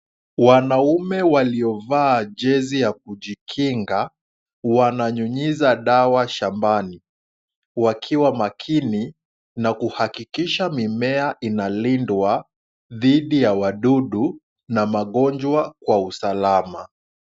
Wanaume waliovaa jezi ya kujikinga wananyunyiza dawa shambani, wakiwa makini na kuhakikisha mimea inalindwa dhidi ya wadudu na magonjwa kwa usalama.